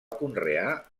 conrear